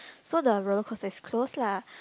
so the rollercoaster is closed lah